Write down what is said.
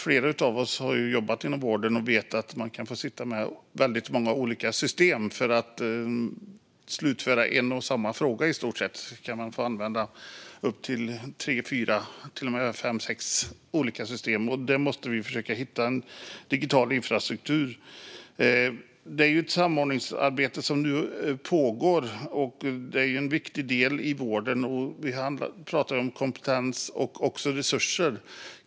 Flera av oss har jobbat inom vården och vet att man kan få sitta med väldigt många olika system. För att slutföra i stort sett en och samma fråga kan man få använda upp till tre fyra, kanske till och med fem sex olika system. Det måste vi försöka att hitta en digital infrastruktur för. Det är ett samordningsarbete som nu pågår. Det är en viktig del i vården, och vi pratar om kompetens och också resurser.